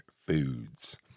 foods